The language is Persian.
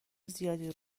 زیادی